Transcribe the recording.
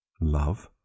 love